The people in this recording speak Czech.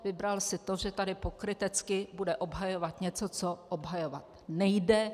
Vybral si, že tady pokrytecky bude obhajovat něco, co obhajovat nejde.